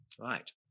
Right